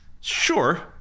sure